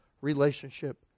relationship